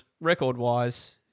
record-wise